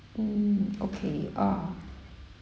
mm okay ah